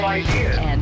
idea